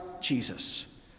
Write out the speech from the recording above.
Jesus